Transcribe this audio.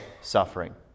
suffering